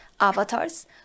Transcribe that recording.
avatars